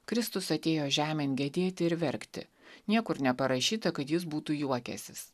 kristus atėjo žemėn gedėti ir verkti niekur neparašyta kad jis būtų juokęsis